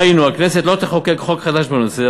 היינו הכנסת לא תחוקק חוק חדש בנושא,